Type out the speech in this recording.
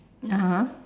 (uh huh)